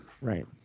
Right